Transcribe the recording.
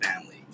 family